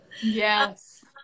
yes